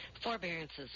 Forbearances